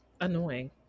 annoying